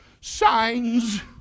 Signs